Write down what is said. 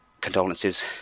condolences